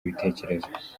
ibitekerezo